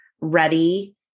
ready